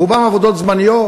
רובן עבודות זמניות.